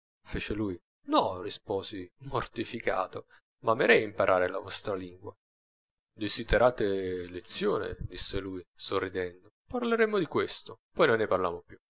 fece lui no risposi mortificato ma amerei imparare la vostra lingua desiderate lezione disse lui sorridendo parleremo di questo poi non ne parlammo più